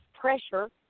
pressure